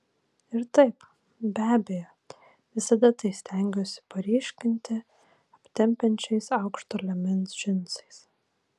ir taip be abejo visada tai stengiuosi paryškinti aptempiančiais aukšto liemens džinsais